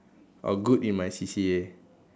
oh good in my C_C_A